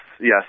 yes